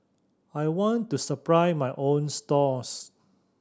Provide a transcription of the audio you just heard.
I want to supply my own stalls